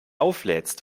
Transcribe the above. auflädst